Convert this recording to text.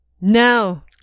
No